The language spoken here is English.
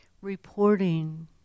reporting